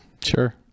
Sure